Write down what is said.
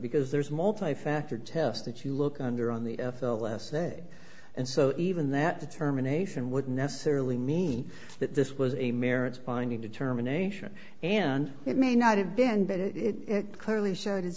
because there's multi factor test that you look under on the f l last day and so even that determination would necessarily mean that this was a merits binding determination and it may not have been but it clearly showed his